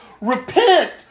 Repent